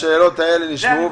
השאלות נשמעו.